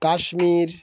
Kashmir